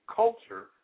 culture